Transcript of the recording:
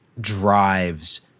drives